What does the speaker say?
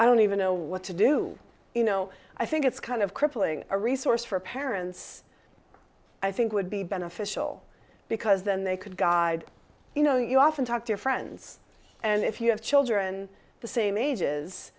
i don't even know what to do you know i think it's kind of crippling a resource for parents i think would be beneficial because then they could guide you know you often talk to friends and if you have children the same ages